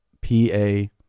P-A